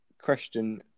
Question